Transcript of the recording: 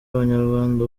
banyarwanda